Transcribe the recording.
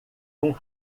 com